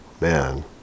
man